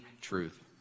truth